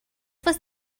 was